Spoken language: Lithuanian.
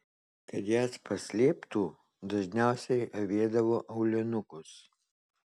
kad jas paslėptų dažniausiai avėdavo aulinukus